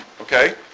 Okay